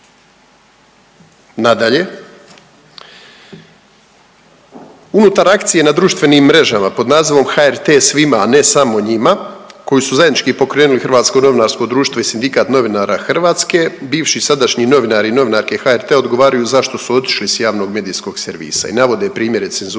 Nadalje, unutar akcije na društvenim mrežama, pod nazivom HRT svima, a ne samo njima, koji su zajednički pokrenuli Hrvatsko novinarsko društvo i Sindikat novinara Hrvatske, bivši i sadašnji novinari i novinarke HRT-a odgovaraju zašto su otišli s javnog medijskog servisa i navode primjere cenzure